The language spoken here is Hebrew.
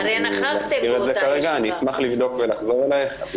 אני לא מכיר את זה, אני אשמח לבדוק ולחזור אליך.